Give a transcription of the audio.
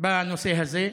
בנושא הזה.